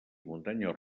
muntanyes